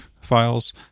files